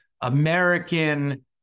American